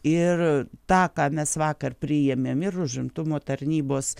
ir tą ką mes vakar priėmėm ir užimtumo tarnybos